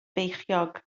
feichiog